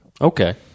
Okay